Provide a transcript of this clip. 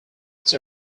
its